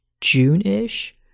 June-ish